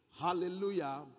Hallelujah